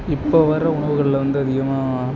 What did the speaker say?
இப்போ வர உணவுகளில் வந்து அதிகமாக